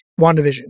WandaVision